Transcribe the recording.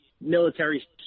military